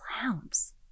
clowns